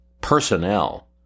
personnel